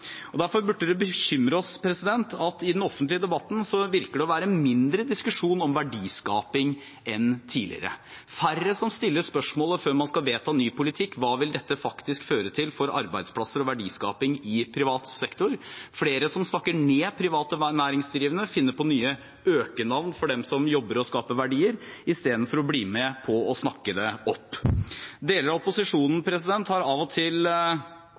om. Derfor burde det bekymre oss at det i den offentlige debatten virker å være mindre diskusjon om verdiskaping enn tidligere. Det er færre som stiller spørsmålet før man skal vedta ny politikk: Hva vil dette faktisk føre til for arbeidsplasser og verdiskaping i privat sektor? Det er flere som snakker ned private næringsdrivende og finner på nye økenavn på dem som jobber og skaper verdier, istedenfor å bli med på å snakke det opp. Deler av opposisjonen har av og til